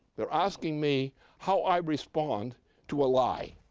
they're asking me how i respond to a lie.